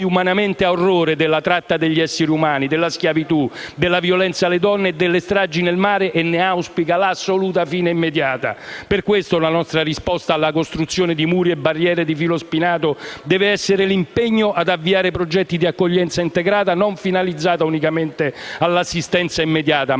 umanamente, ha orrore della tratta degli esseri umani, della schiavitù, della violenza alle donne e delle stragi del mare e ne auspica la fine immediata. Per questo la nostra risposta alla costruzione di muri e barriere di filo spinato deve essere l'impegno ad avviare progetti di accoglienza integrata non finalizzata unicamente all'assistenza immediata, ma